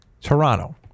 Toronto